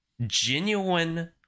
genuine